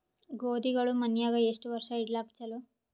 ಗೋಧಿಗಳು ಮನ್ಯಾಗ ಎಷ್ಟು ವರ್ಷ ಇಡಲಾಕ ಚಲೋ?